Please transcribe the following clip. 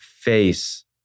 face